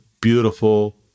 beautiful